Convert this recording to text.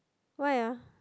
why ah